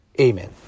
Amen